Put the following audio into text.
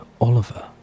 Oliver